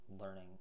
learning